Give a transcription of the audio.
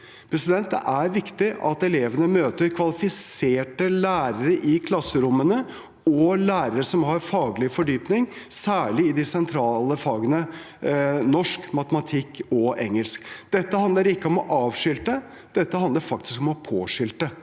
fordypning. Det er viktig at elevene møter kvalifiserte lærere i klasserommene og lærere som har faglig fordypning, særlig i de sentrale fagene norsk, matematikk og engelsk. Dette handler ikke om å avskilte. Det handler faktisk om å påskilte.